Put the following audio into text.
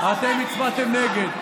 אתם הצבעתם נגד.